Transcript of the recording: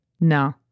no